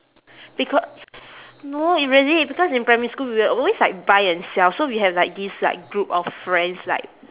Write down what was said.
because no it really because in primary school we will always like buy and sell so we have like this like group of friends like